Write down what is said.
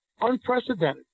Unprecedented